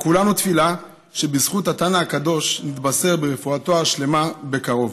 כולנו תפילה שבזכות התנא הקדוש נתבשר ברפואתו השלמה בקרוב,